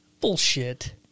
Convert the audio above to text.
Bullshit